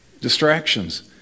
Distractions